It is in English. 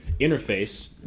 interface